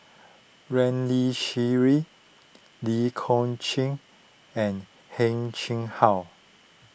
Ramli Sarip Lee Kong Chian and Heng Chee How